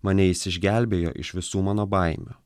mane jis išgelbėjo iš visų mano baimių